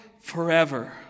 forever